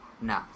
No